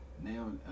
Now